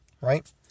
right